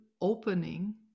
opening